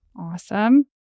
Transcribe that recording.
Awesome